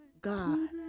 God